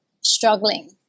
struggling